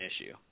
issue